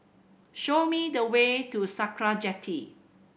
show me the way to Sakra Jetty